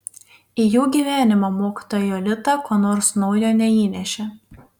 į jų gyvenimą mokytoja jolita ko nors naujo neįnešė